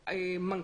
שקיפות.